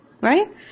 Right